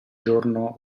giorno